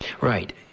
Right